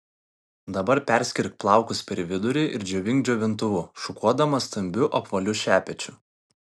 dabar perskirk plaukus per vidurį ir džiovink džiovintuvu šukuodama stambiu apvaliu šepečiu